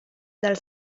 dal